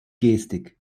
gestik